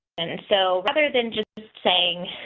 and so rather than just saying,